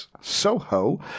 Soho